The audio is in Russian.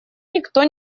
никто